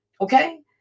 Okay